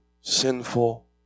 sinful